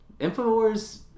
Infowars